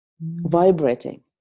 vibrating